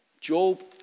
Job